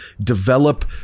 develop